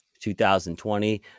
2020